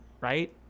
right